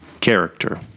character